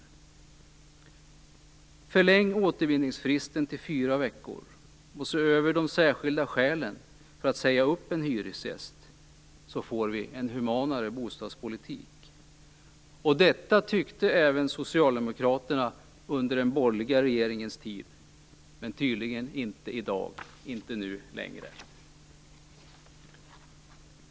Vi anser att man skall förlänga återvinningsfristen till fyra veckor och att man skall se över de särskilda skälen för att säga upp en hyresgäst. Då får vi en humanare bostadspolitik. Detta tyckte även Socialdemokraterna under den borgerliga regeringens tid, men tydligen inte i dag, inte nu längre.